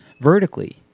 vertically